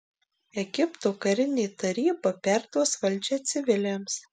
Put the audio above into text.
egipto karinė taryba perduos valdžią civiliams